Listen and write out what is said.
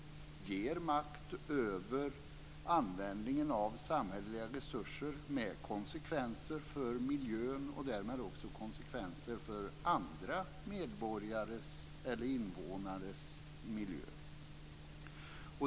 De ger makt över användningen av samhälleliga resurser med konsekvenser för miljön, och därmed också konsekvenser för andra medborgares eller invånares miljö.